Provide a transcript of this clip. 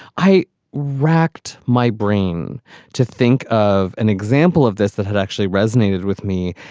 i racked my brain to think of an example of this that had actually resonated with me.